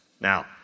Now